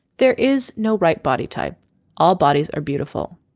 there is no right body type all bodies are beautiful.